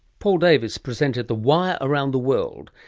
paul davies presented the wire around the world.